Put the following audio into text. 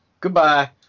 Goodbye